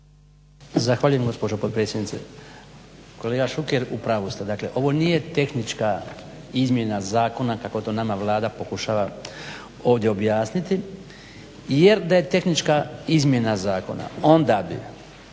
Zahvaljujem gospođo potpredsjednice. Kolega Šukera u pravu ste, dakle ovo nije tehnička izmjena zakona kako to nama Vlada pokušava ovdje objasniti jer da je tehnička izmjena zakona onda bi